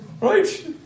Right